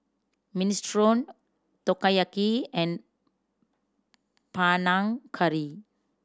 Minestrone Takoyaki and Panang Curry